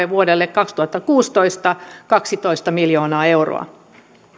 vuodelle kaksituhattakuusitoista määrärahatarve kaksitoista miljoonaa euroa